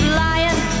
lying